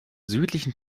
südlichen